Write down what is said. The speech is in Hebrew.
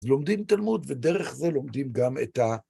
לומדים תלמוד, ודרך זה לומדים גם את ה...